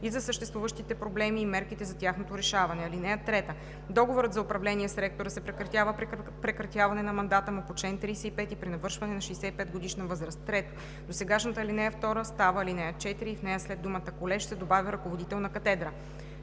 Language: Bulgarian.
и за съществуващите проблеми и мерките за тяхното решаване. (3) Договорът за управление с ректора се прекратява при прекратяване на мандата му по чл. 35 и при навършване на 65 годишна възраст. 3. Досегашната ал. 2 става ал. 4 и в нея след думата: „колеж“ се добавя „ръководител на катедра“.